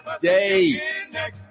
day